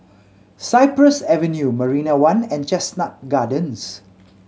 Cypress Avenue Marina One and Chestnut Gardens